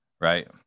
right